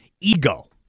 ego